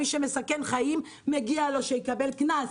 מי שמסכן חיים, מגיע לו שיקבל קנס,